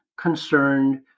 concerned